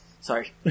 Sorry